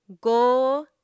go